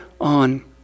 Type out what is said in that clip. on